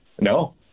No